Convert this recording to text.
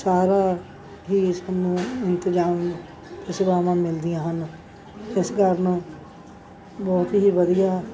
ਸਾਰਾ ਹੀ ਸਾਨੂੰ ਇੰਤਜ਼ਾਮ ਅਤੇ ਸੇਵਾਵਾਂ ਮਿਲਦੀਆਂ ਹਨ ਇਸ ਕਾਰਨ ਬਹੁਤ ਹੀ ਵਧੀਆ